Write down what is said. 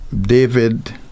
David